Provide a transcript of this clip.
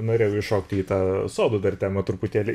norėjau įšokti į tą sodo dar temą truputėlį